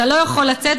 אתה לא יכול לצאת,